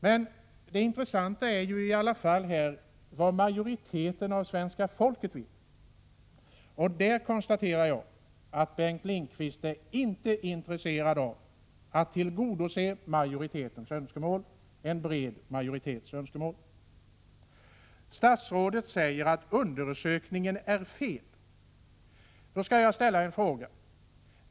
Men det som är intressant är vad majoriteten av svenska folket vill. Jag konstaterar att Bengt Lindqvist inte är intresserad av att tillgodose majoritetens önskemål — en bred majoritets önskemål. Statsrådet säger att undersökningen är felaktig.